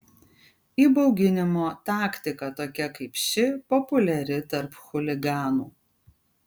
įbauginimo taktika tokia kaip ši populiari tarp chuliganų